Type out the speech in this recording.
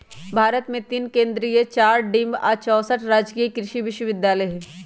भारत मे तीन केन्द्रीय चार डिम्ड आ चौसठ राजकीय कृषि विश्वविद्यालय हई